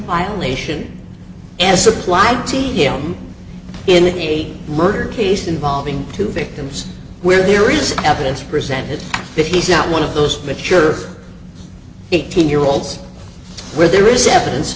violation as applied to him in a murder case involving two victims where there is evidence presented that he's not one of those mature eighteen year olds where there is evidence